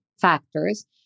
factors